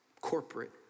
corporate